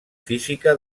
física